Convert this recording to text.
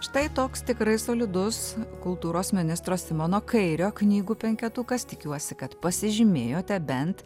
štai toks tikrai solidus kultūros ministro simono kairio knygų penketukas tikiuosi kad pasižymėjote bent